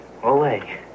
Olay